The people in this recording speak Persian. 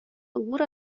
عبور